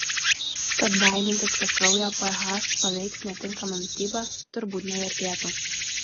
tad baimintis kad kraujo ph paveiks netinkama mityba turbūt nevertėtų